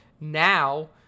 now